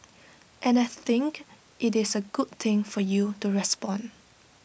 and I think IT is A good thing for you to respond